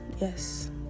Yes